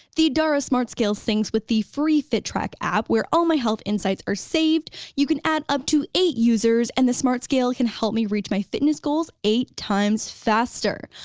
the dara smart scale syncs with the free fittrack app where all my health insights are saved, you can add up to eight users and the smart scale can help me reach my fitness goals, eight times faster.